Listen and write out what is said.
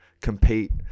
compete